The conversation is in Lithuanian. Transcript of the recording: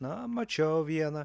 na mačiau vieną